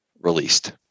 released